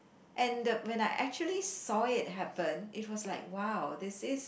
and the when I actually saw it happen it was like !wow! this is